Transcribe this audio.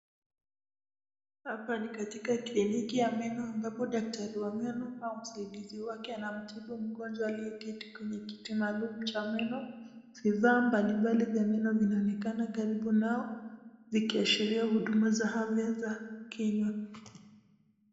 Hapa ni katika kliniki ya meno ambapo daktari wa meno au msaidizi wake anamtibu mgonjwa aliyeketi kwenye kiti maalum cha meno. Vifaa kwa meni vinaonekana karibu nao vukiashiria huduma za afya za kinywa.